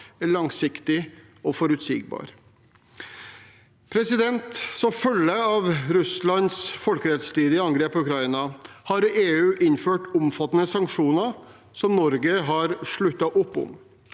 langsiktig og forutsigbar. Som følge av Russlands folkerettsstridige angrep på Ukraina har EU innført omfattende sanksjoner som Norge har sluttet opp om.